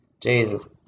Jesus